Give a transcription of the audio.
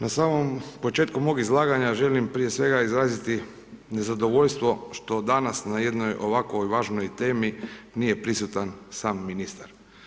Na samom početku mog izlaganja želim prije svega izraziti nezadovoljstvo što danas na jednoj ovako važnoj temi nije prisutan sam ministar.